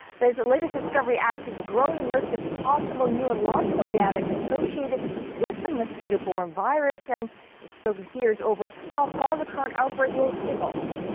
this latest discovery adds to the growing list of possible neurological damage associated with the mosquito-borne virus. and is stoking fears over how far the current outbreak will evolve.